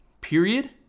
period